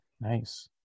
nice